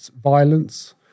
violence